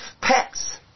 pets